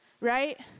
right